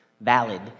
valid